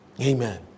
Amen